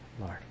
Lord